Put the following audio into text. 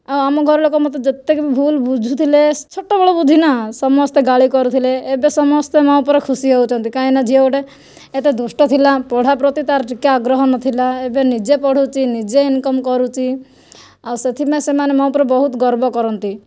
ଆଉ ଆମ ଘରଲୋକ ମୋତେ ଯେତେ ଭୁଲ ବୁଝୁଥିଲେ ଛୋଟ ବେଳ ବୁଦ୍ଧି ନା ସମସ୍ତେ ଗାଳି କରୁଥିଲେ ଏବେ ସମସ୍ତେ ମୋ' ଉପରେ ଖୁସି ହେଉଛନ୍ତି କାହିଁ ନା ଝିଅ ଗୋଟେ ଏତେ ଦୁଷ୍ଟ ଥିଲା ପଢ଼ା ପ୍ରତି ତାର ଟିକେ ଆଗ୍ରହ ନଥିଲା ଏବେ ନିଜେ ପଢ଼ୁଛି ନିଜେ ଇନକମ୍ କରୁଛି ଆଉ ସେଥିପାଇଁ ସେମାନେ ମୋ ଉପରେ ବହୁତ ଗର୍ବ କରନ୍ତି